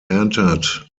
entered